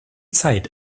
zeit